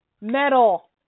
Metal